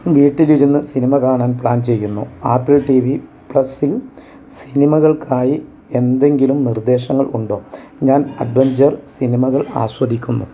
വീട്ടിലിരുന്ന് സിനിമ കാണാൻ പ്ലാൻ ചെയ്യുന്നു ആപ്പിൾ ടി വി പ്ലസിൽ സിനിമകൾക്കായി എന്തെങ്കിലും നിർദ്ദേശങ്ങൾ ഉണ്ടോ ഞാൻ അഡ്വെഞ്ചർ സിനിമകൾ ആസ്വദിക്കുന്നു